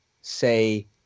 say